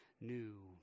new